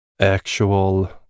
actual